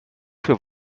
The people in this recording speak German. für